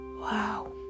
Wow